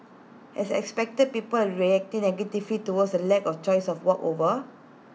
as expected people are reacting negatively towards the lack of choice of A walkover